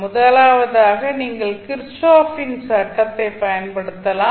முதலாவதாக நீங்கள் கிர்ச்சோஃப்பின் சட்டத்தைப் பயன்படுத்தலாம்